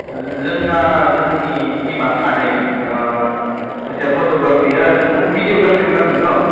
जोंना जोंनि टिमा सानै सासे फट'ग्राफियाव नोंथांनो भिडिय'ग्राफिबो नांगोन न'